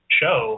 show